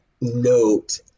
note